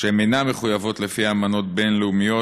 שאינן מחויבות לפי אמנות בין-לאומיות,